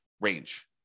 range